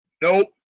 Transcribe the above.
Nope